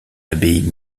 abbaye